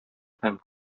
һәм